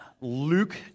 Luke